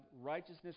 righteousness